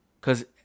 Cause